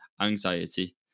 anxiety